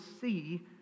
see